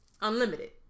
Unlimited